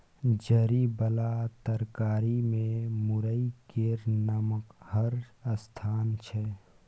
जरि बला तरकारी मे मूरइ केर नमहर स्थान छै